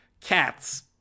cats